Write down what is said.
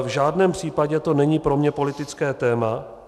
V žádném případě to není pro mě politické téma.